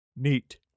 Neat